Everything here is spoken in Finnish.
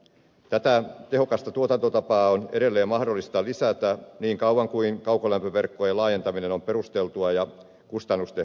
tätä tehokasta tuotantotapaa on edelleen mahdollista lisätä niin kauan kuin kaukolämpöverkkojen laajentaminen on perusteltua ja kustannustehokasta